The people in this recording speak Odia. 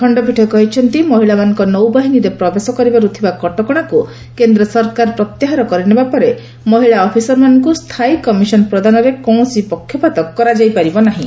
ଖଣ୍ଡପୀଠ କହିଛନ୍ତି ମହିଳାମାନଙ୍କ ନୌବାହିନୀରେ ପ୍ରବେଶ କରିବାରୁ ଥିବା କଟକଶାକୁ କେନ୍ଦ୍ର ସରକାର ପ୍ରତ୍ୟାହାର କରିନେବା ପରେ ମହିଳା ଅଫିସରମାନଙ୍କୁ ସ୍ଥାୟୀ କମିଶନ ପ୍ରଦାନରେ କୌଣସି ପକ୍ଷପାତ କରାଯାଇପାରିବ ନାହିଁ